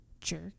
jerk